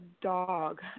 dog